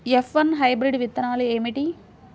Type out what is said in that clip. F one hybrid విత్తనాలు ఏమిటి?